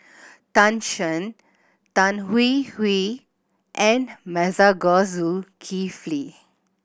Tan Shen Tan Hwee Hwee and Masago Zulkifli